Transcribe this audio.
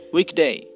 Weekday